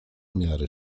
miary